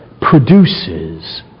produces